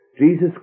Jesus